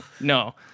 No